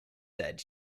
said